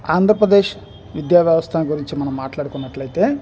ఆంధ్రప్రదేశ్ విద్యా వ్యవస్థను గురించి మనం మాట్లాడుకున్నట్లయితే